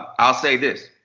i'll say this.